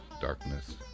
darkness